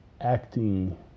acting